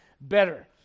better